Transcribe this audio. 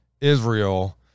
Israel